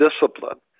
discipline